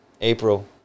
April